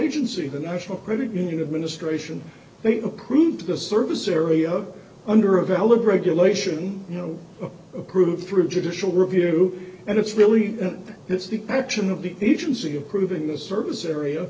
agency the national credit union of ministration they accrue to the service area under a valid regulation you know approved through judicial review and it's really it's the action of the agency approving the service area